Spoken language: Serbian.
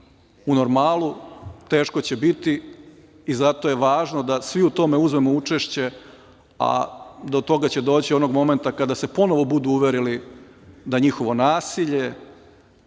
u normalu. Teško će biti i zato je važno da svi u tome uzmemo učešće, a do toga će doći onog momenta kada se ponovo budu uverili da njihovo nasilje,